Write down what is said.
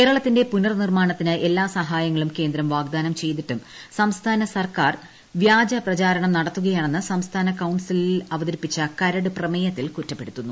കേരളത്തിന്റെ പുനർനിർമ്മാണത്തിന് എല്ലാ സഹായങ്ങളും കേന്ദ്രം വാഗ്ദാനം ചെയ്തിട്ടും സംസ്ഥാന സർക്കാർ വ്യാജ പ്രചാരണം നടത്തുകയാണെന്ന് സംസ്ഥാന കൌൺസിലിൽ അവതരിപ്പിച്ച കരട് പ്രമേയത്തിൽ കുറ്റപ്പെടുത്തുന്നു